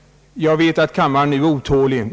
Jag vet att kammaren nu är otålig.